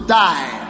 die